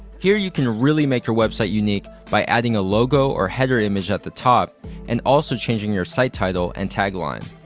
here you can really make your website unique by adding a logo or header image at the top and also changing your site title and tagline.